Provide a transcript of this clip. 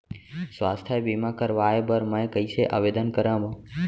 स्वास्थ्य बीमा करवाय बर मैं कइसे आवेदन करव?